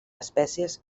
espècies